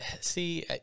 See